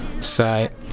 side